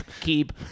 keep